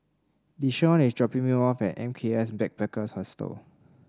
Deshaun is dropping me off at M K S Backpackers Hostel